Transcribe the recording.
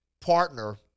partner